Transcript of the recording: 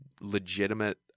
legitimate